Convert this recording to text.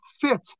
fit